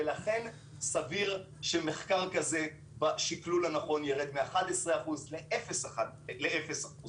ולכן סביר שמחקר כזה בשקלול הנכון ירד מ-11 אחוזים לאפס אחוזים.